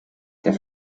der